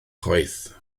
chwaith